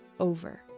over